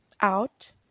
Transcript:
out